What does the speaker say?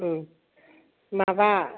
माबा